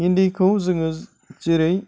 हिन्दीखौ जोङो जेरै